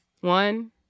one